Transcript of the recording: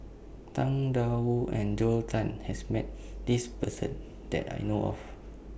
Tang DA Wu and Joel Tan has Met This Person that I know of